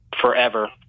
forever